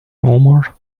omar